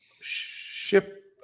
ship